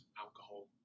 alcohol